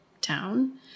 town